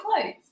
clothes